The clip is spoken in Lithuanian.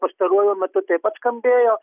pastaruoju metu taip pat skambėjo